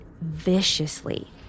viciously